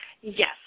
yes